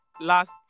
last